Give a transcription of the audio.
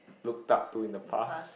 looked up to in the past